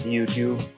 YouTube